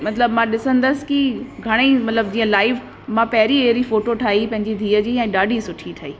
मतिलबु मां ॾिसंदसि कि घणेई मतिलबु जीअं लाइव मां पहिरीं अहिड़ी फ़ोटो ठाही पंहिंजी धीअ जी ऐं ॾाढी सुठी ठही